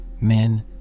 men